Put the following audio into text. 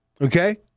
Okay